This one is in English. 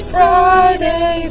Friday